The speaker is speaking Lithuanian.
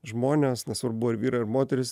žmonės nesvarbu ar vyrai ar moterys